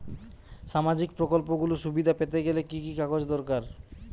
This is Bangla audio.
সামাজীক প্রকল্পগুলি সুবিধা পেতে গেলে কি কি কাগজ দরকার?